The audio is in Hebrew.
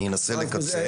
אני אנסה לקצר.